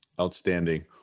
Outstanding